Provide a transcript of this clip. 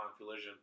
collision